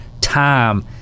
time